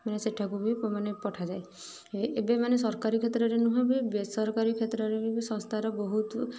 ମାନେ ସେଠାକୁ ବି ମାନେ ପଠାଯାଏ ଏବେ ମାନେ ସରକାରୀ କ୍ଷେତ୍ରରେ ନୁହେଁ ବି ବେସରକାରୀ କ୍ଷେତ୍ରରେ ବି ଏ ସଂସ୍ଥାର ବହୁତ